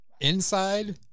inside